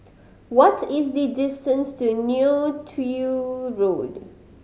what is the distance to Neo Tiew Road